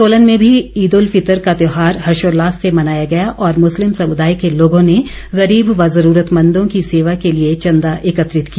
सोलन में भी ईद उल फितर का त्योहार हर्षोल्लास से मनाया गया और मुस्लिम समुदाय के लोगों ने गुरीब ब जुरूरतमंदों की सेवा के लिए चंदा एकत्रित किया